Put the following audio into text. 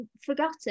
forgotten